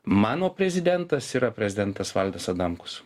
mano prezidentas yra prezidentas valdas adamkus